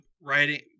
writing